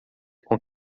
com